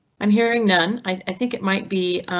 i'm hearing none. i think it might be,